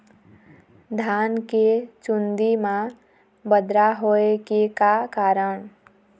धान के चुन्दी मा बदरा होय के का कारण?